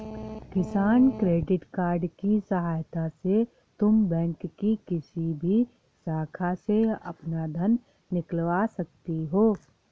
किसान credit card की सहायता से तुम बैंक की किसी भी शाखा से अपना धन निकलवा सकती हो